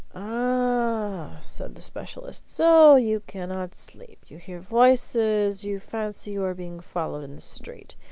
ah! said the specialist so you cannot sleep you hear voices you fancy you are being followed in the street.